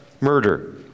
murder